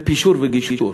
בפישור וגישור,